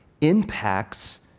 impacts